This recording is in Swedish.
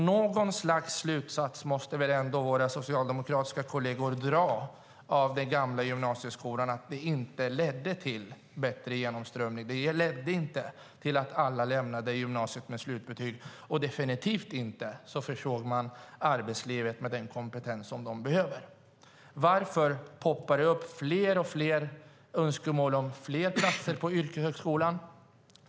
Någon slutsats måste väl ändå våra socialdemokratiska kolleger dra av den gamla gymnasieskolan. Den ledde inte till bättre genomströmning eller till att alla lämnade gymnasiet med slutbetyg, och den försåg definitivt inte arbetslivet med den kompetens det behövde. Varför poppar det upp fler och fler önskemål om fler platser på yrkeshögskolan?